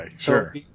sure